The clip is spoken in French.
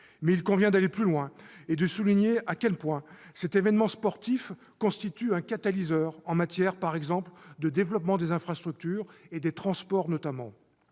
mais il convient d'aller plus loin et de souligner à quel point cet événement sportif constitue un catalyseur en matière, par exemple, de développement des infrastructures et des transports.